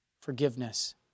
forgiveness